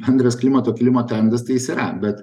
bendras klimato klimato trendas tai jis yra bet